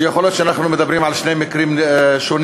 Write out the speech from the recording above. שיכול להיות שאנחנו מדברים על שני מקרים שונים,